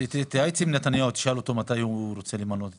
תתייעץ עם נתניהו, תשאל אותו מתי הוא רוצה למנות.